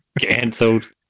cancelled